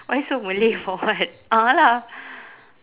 why so malay for what a'ah lah